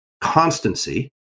Constancy